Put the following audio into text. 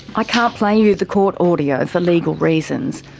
i can't play you the court audio for legal reasons,